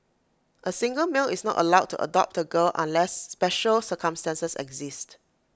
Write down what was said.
A single male is not allowed to adopt A girl unless special circumstances exist